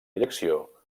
direcció